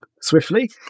swiftly